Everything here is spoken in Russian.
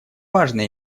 важно